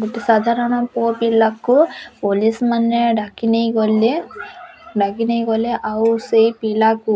ଗୋଟେ ସାଧାରଣ ପୁଅପିଲାକୁ ପୋଲିସ୍ ମାନେ ଡାକି ନେଇଗଲେ ଡାକିନେଇ ଗଲେ ଆଉ ସେଇ ପିଲାକୁ